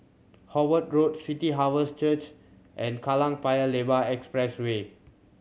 Howard Road City Harvest Church and Kallang Paya Lebar Expressway